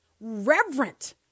reverent